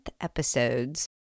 episodes